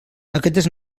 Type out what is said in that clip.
aquestes